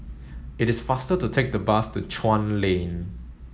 it is faster to take the bus to Chuan Lane